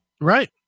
Right